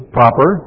proper